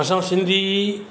असां सिंधी